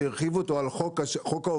שהרחיבו אותו על חוק ההובלה,